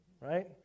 Right